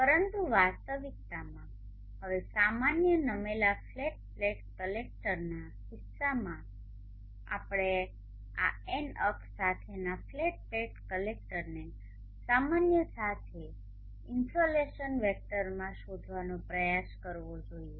પરંતુ વાસ્તવિકતામાં હવે સામાન્ય નમેલા ફ્લેટ પ્લેટ કલેક્ટરના કિસ્સામાં આપણે આ એન અક્ષ સાથેના ફ્લેટ પ્લેટ કલેક્ટરને સામાન્ય સાથે ઇન્સોલેશન વેક્ટરમાં શોધવાનો પ્રયાસ કરવો જ જોઇએ